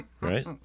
right